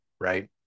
right